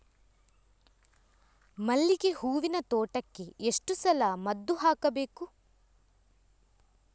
ಮಲ್ಲಿಗೆ ಹೂವಿನ ತೋಟಕ್ಕೆ ಎಷ್ಟು ಸಲ ಮದ್ದು ಹಾಕಬೇಕು?